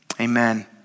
amen